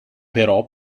però